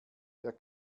der